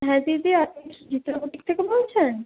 হ্যাঁ দিদি আপনি থেকে বলছেন